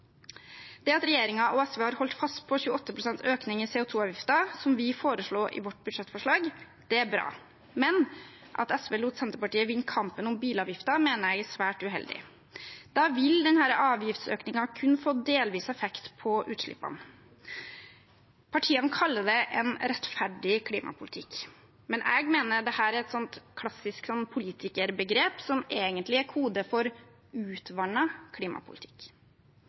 Det at regjeringen og SV har holdt fast på 28 pst. økning i CO 2 -avgiften, som vi foreslo i vårt budsjettforslag, er bra, men at SV lot Senterpartiet vinne kampen om bilavgifter, mener jeg er svært uheldig. Da vil denne avgiftsøkningen kun få delvis effekt på utslippene. Partiene kaller det en rettferdig klimapolitikk, men jeg mener dette er et klassisk politikerbegrep som egentlig er kode for utvannet klimapolitikk.